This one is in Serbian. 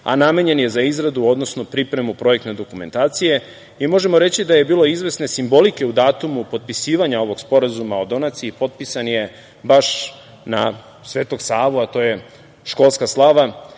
a namenjen je za izradu, odnosno pripremu projektne dokumentacije. Možemo reći da je bilo izvesne simbolike u datumu potpisivanja ovog Sporazuma o donaciji, potpisan je baš na Svetog Savu, a to je školska slava,